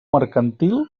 mercantil